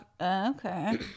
Okay